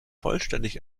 vollständig